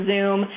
Zoom